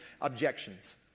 objections